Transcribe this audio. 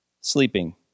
sleeping